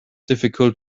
difficult